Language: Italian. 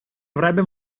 avrebbe